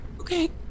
Okay